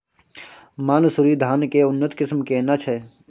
मानसुरी धान के उन्नत किस्म केना छै?